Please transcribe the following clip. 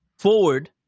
Forward